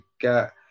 get